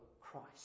Christ